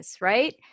right